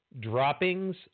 droppings